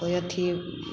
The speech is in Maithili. कोइ अथी